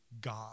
God